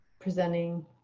presenting